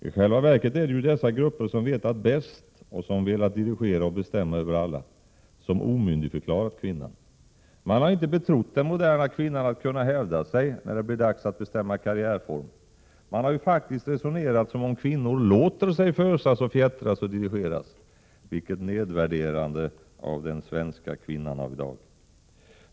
I själva verket är det ju dessa grupper, som ansett att de vetat bäst och som velat dirigera och bestämma över alla, som omyndigförklarat kvinnan. Man har inte betrott den moderna kvinnan med förmågan att hävda sig, när det blir dags att bestämma karriärform. Man har ju faktiskt resonerat som om kvinnor låter sig fösas och fjättras och dirigeras. Vilket nedvärderande av den svenska kvinnan av i dag!